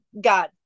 God